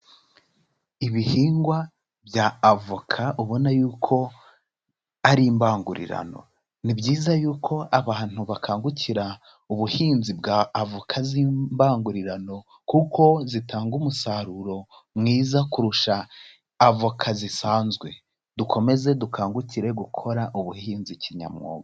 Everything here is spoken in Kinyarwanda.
Ibihingwa by'avoka ubona y'uko ari imbangurirano, ni byiza y'uko abantu bakangukira ubuhinzi bw'avoka z'imbangurirano kuko zitanga umusaruro mwiza kurusha avoka zisanzwe, dukomeze dukangukire gukora ubuhinzi kinyamwuga.